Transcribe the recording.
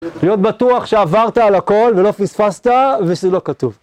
להיות בטוח שעברת על הכל ולא פספסת ושזה לא כתוב.